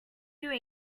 queue